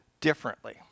differently